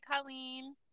Colleen